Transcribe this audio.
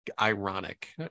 ironic